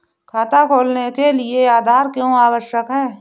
खाता खोलने के लिए आधार क्यो आवश्यक है?